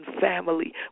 family